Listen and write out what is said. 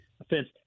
offense